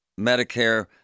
Medicare